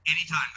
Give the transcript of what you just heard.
anytime